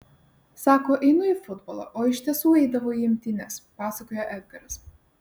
sako einu į futbolą o iš tiesų eidavo į imtynes pasakojo edgaras